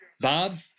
Bob